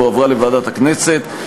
והועברה לוועדת הכנסת.